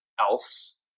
else